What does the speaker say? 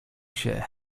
się